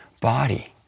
body